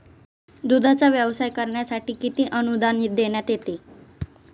दूधाचा व्यवसाय करण्यासाठी किती अनुदान देण्यात येते?